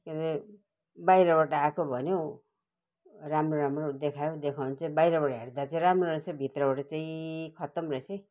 के अरे बाहिरबाट आएको भन्यौ राम्रो राम्रो देखायौ देखाउनु चाहिँ बाहिरबाट हेर्दा चाहिँ राम्रो रहेछ भित्रबाट चाहिँ खत्तम रहेछ है